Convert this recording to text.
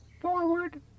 Forward